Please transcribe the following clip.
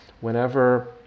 whenever